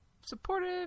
supportive